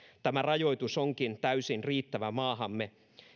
tämä rajoitus onkin täysin riittävä maahamme